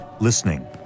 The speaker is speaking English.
listening